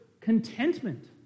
contentment